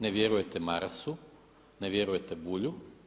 Ne vjerujete Marasu, ne vjerujete Bulju.